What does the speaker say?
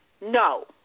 No